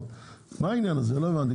מה העניין הזה, לא הבנתי.